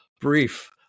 brief